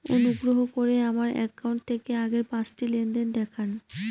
অনুগ্রহ করে আমার অ্যাকাউন্ট থেকে আগের পাঁচটি লেনদেন দেখান